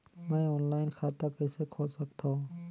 मैं ऑनलाइन खाता कइसे खोल सकथव?